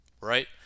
right